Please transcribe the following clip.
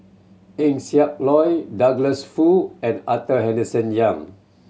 Eng Siak Loy Douglas Foo and Arthur Henderson Young